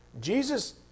Jesus